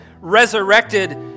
resurrected